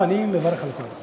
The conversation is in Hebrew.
אני מברך על החוק.